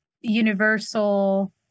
universal